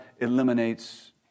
eliminates